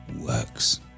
works